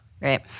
right